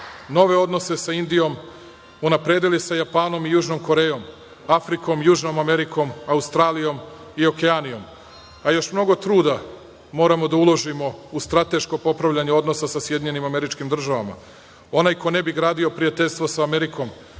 nove odnose sa Indijom, unapredili sa Japanom i Južnom Korejom, Afrikom, Južnom Amerikom, Australijom i Okeanijom. Još mnogo truda moramo da uložimo u strateško popravljanje odnosa sa SAD. Onaj ko ne bi gradio prijateljstvo sa Amerikom,